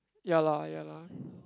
ya lah ya lah